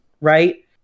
right